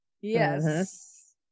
yes